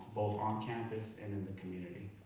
both on campus and in the community.